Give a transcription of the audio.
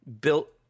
built